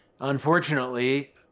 Unfortunately